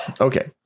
Okay